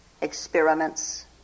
experiments